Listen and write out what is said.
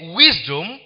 wisdom